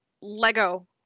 Lego